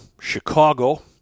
Chicago